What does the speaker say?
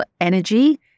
energy